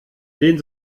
den